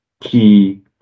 key